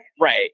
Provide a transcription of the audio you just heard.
right